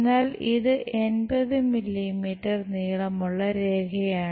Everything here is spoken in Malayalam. എന്നാൽ ഇത് 80 മില്ലീമീറ്റർ നീളമുള്ള രേഖയാണ്